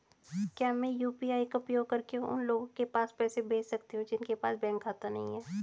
क्या मैं यू.पी.आई का उपयोग करके उन लोगों के पास पैसे भेज सकती हूँ जिनके पास बैंक खाता नहीं है?